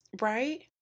right